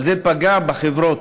אבל זה פגע בחברות.